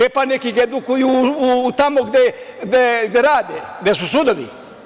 E pa, neka ih edukuju tamo gde rade, gde su sudovi.